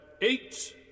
Eight